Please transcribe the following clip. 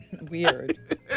Weird